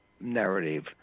narrative